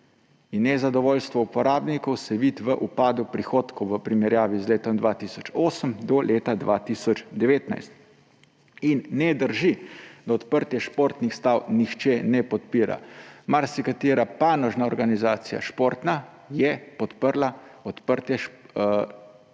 in nezadovoljstvo uporabnikov se vidi v upadu prihodkov v primerjavi z letom 2008 do leta 2019. In ne drži, da odprtja športnih stav nihče ne podpira. Marsikatera panožna športna organizacija je podprla odprtje trga športnih stav,